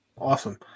Awesome